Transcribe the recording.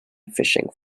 fishing